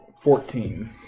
Fourteen